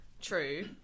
True